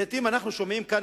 לעתים אנחנו שומעים כאן,